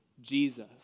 Jesus